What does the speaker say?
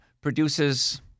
produces